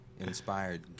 inspired